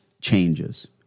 changes